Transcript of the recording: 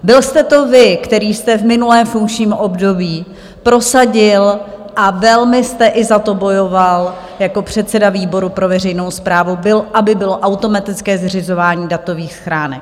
Byl jste to vy, který jste v minulém funkčním období prosadil a velmi jste i za to bojoval jako předseda výboru pro veřejnou správu aby bylo automatické zřizování datových schránek.